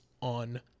on